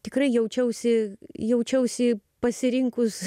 tikrai jaučiausi jaučiausi pasirinkus